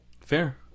fair